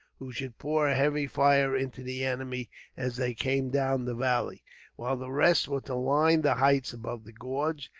who should pour a heavy fire into the enemy as they came down the valley while the rest were to line the heights above the gorge,